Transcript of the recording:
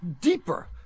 deeper